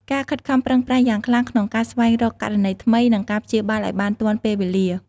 ការខិតខំប្រឹងប្រែងយ៉ាងខ្លាំងក្នុងការស្វែងរកករណីថ្មី និងការព្យាបាលឱ្យបានទាន់ពេលវេលា។